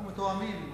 אנחנו מתואמים,